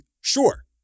Sure